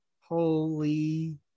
Holy